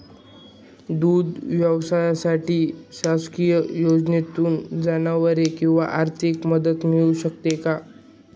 दूध व्यवसायासाठी शासकीय योजनेतून जनावरे किंवा आर्थिक मदत मिळते का?